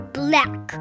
black